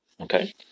Okay